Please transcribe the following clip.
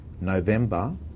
November